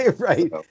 Right